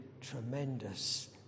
tremendous